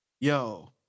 Yo